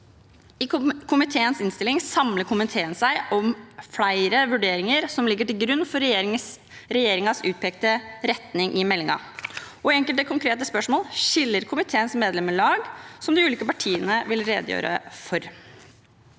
I komiteens innstilling samler komiteen seg om flere vurderinger som ligger til grunn for regjeringens utpekte retning i meldingen, og i enkelte konkrete spørsmål skiller komiteens medlemmer lag, som de ulike partiene vil redegjøre for.